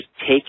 take